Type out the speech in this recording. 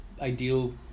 ideal